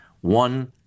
one